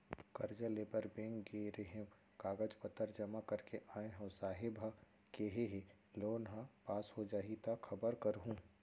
करजा लेबर बेंक गे रेहेंव, कागज पतर जमा कर के आय हँव, साहेब ह केहे हे लोन ह पास हो जाही त खबर करहूँ